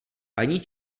paní